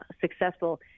successful